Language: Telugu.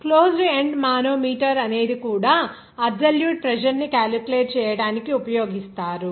క్లోజ్డ్ ఎండ్ మానోమీటర్ అనేది కూడా అబ్సొల్యూట్ ప్రెజర్ ని క్యాలిక్యులేట్ చేయడానికి ఉపయోగిస్తారు